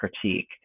critique